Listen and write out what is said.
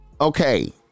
okay